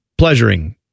Pleasuring